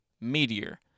meteor